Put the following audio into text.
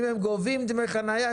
אם הם גובות דמי חניה,